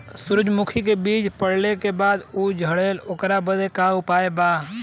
सुरजमुखी मे बीज पड़ले के बाद ऊ झंडेन ओकरा बदे का उपाय बा?